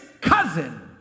cousin